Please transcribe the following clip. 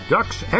Ducks